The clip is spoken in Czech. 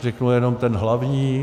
Řeknu jenom ten hlavní.